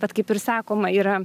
bet kaip ir sakoma yra